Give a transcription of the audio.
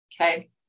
okay